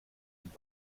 und